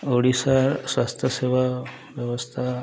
ଓଡ଼ିଶା ସ୍ୱାସ୍ଥ୍ୟ ସେବା ବ୍ୟବସ୍ଥା